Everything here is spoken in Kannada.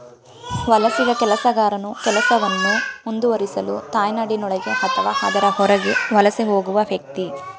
ವಲಸಿಗ ಕೆಲಸಗಾರನು ಕೆಲಸವನ್ನು ಮುಂದುವರಿಸಲು ತಾಯ್ನಾಡಿನೊಳಗೆ ಅಥವಾ ಅದರ ಹೊರಗೆ ವಲಸೆ ಹೋಗುವ ವ್ಯಕ್ತಿ